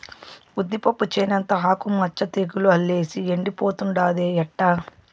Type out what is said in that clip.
ఉద్దిపప్పు చేనంతా ఆకు మచ్చ తెగులు అల్లేసి ఎండిపోతుండాదే ఎట్టా